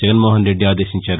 జగన్మోహన్ రెడ్డి ఆదేశించారు